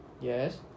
Yes